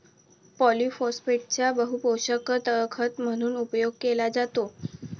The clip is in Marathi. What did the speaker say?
पॉलिफोस्फेटचा बहुपोषक खत म्हणून उपयोग केला जातो